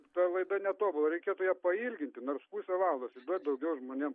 ta laida netobula reikėtų ją pailginti nors pusę valandos duoti daugiau žmonėm